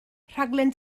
rhaglen